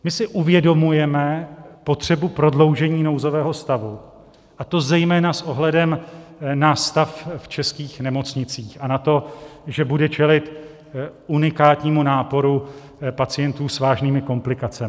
My si uvědomujeme potřebu prodloužení nouzového stavu, a to zejména s ohledem na stav v českých nemocnicích a na to, že budou čelit unikátnímu náporu pacientů s vážnými komplikacemi.